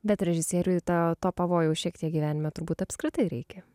bet režisieriui tą to pavojaus šiek tiek gyvenime turbūt apskritai reikia